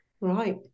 Right